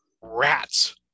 Rats